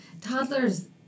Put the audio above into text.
toddlers